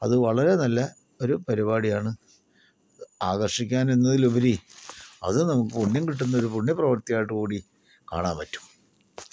അത് വളരെ നല്ല ഒരു പരിപാടിയാണ് ആകർഷിക്കാൻ എന്നതിലുപരി അത് നമുക്ക് പുണ്യം കിട്ടുന്ന ഒരു പുണ്യ പ്രവർത്തി ആയിട്ട് കൂടി കാണാൻ പറ്റും